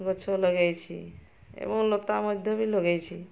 ଗଛ ଲଗେଇଛି ଏବଂ ଲତା ମଧ୍ୟ ବି ଲଗେଇଛି